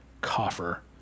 coffer